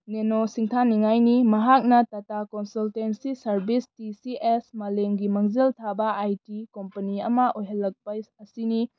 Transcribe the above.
nano ꯁꯤꯡꯊꯥꯅꯤꯡꯉꯥꯏꯅꯤ ꯃꯍꯥꯛꯅ Tata consultancy service T C S ꯃꯥꯂꯦꯝꯒꯤ ꯃꯥꯡꯖꯤꯜ ꯊꯥꯕ ꯑꯥꯏ ꯇꯤ ꯀꯣꯝꯄꯅꯤ ꯑꯃ ꯑꯣꯏꯍꯜꯂꯛꯄ ꯑꯁꯤꯅꯤ